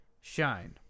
shine